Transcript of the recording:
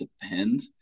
depend